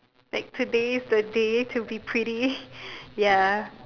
like today's the day to be pretty ya